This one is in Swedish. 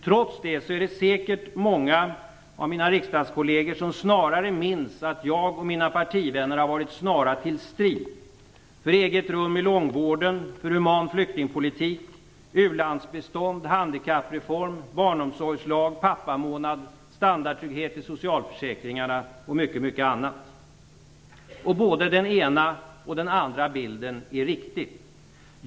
Trots det är det säkert många av mina riksdagskolleger som snarare minns att jag och mina partivänner har varit snara till strid - för eget rum i långvården, för human flyktingpolitik, u-landsbistånd, handikappreform, barnomsorgslag, pappamånad, standardtrygghet i socialförsäkringarna och mycket annat. Både den ena och den andra bilden är riktig.